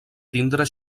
tindre